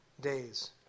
days